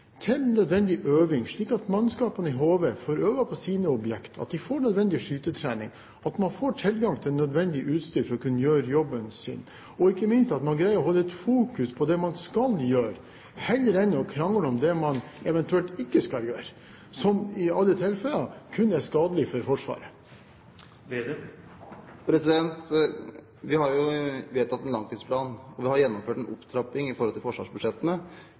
til nødvendig øving, slik at mannskapene i HV får øvd på sine objekt, at de får nødvendig skytetrening, at de får tilgang til nødvendig utstyr for å kunne gjøre jobben sin, og ikke minst at man greier å holde et fokus på det man skal gjøre, heller enn å krangle om det man eventuelt ikke skal gjøre, som i alle tilfeller kun er skadelig for Forsvaret. Vi har jo vedtatt en langtidsplan, og vi har gjennomført en opptrapping i